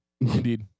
Indeed